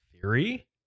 theory